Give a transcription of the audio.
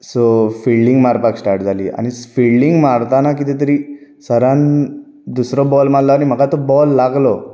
so fielding मारपाक start जाली आनी फिल्डींग मारताना कितें तरी सरान दुसरो बॉल माल्लो आनी म्हाका तो बॉल लागलो